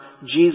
Jesus